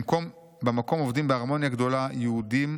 במקום עובדים בהרמוניה גדולה יהודים,